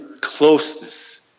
closeness